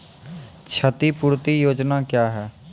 क्षतिपूरती योजना क्या हैं?